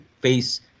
face